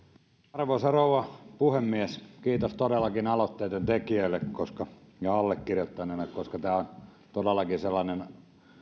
arvoisa rouva puhemies kiitos todellakin aloitteen tekijöille ja allekirjoittaneille koska tämä on todellakin sellainen